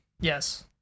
Yes